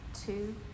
two